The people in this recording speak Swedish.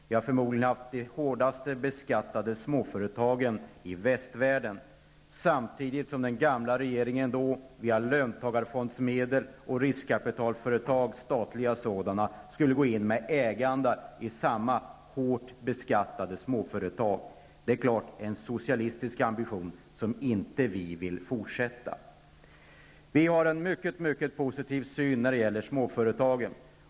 Vi har förmodligen haft de hårdast beskattade småföretagen i västvärlden, samtidigt som den gamla regeringen via löntagarfondsmedel och riskkapitalföretag, statliga sådana, skulle gå in med ägande i samma hårt beskattade småföretag. Det var en klart socialistisk ambition som vi inte vill fortsätta. Vi har en mycket positiv syn när det gäller småföretagen.